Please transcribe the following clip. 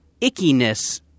ickiness